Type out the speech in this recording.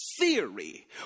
theory